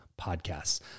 podcasts